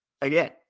again